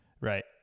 Right